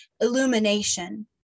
illumination